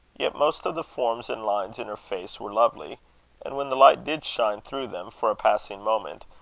yet most of the forms and lines in her face were lovely and when the light did shine through them for a passing moment,